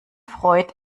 freud